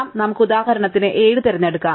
അതിനാൽ നമുക്ക് ഉദാഹരണത്തിന് 7 തിരഞ്ഞെടുക്കാം